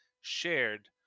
shared